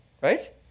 Right